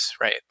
right